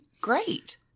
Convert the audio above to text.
Great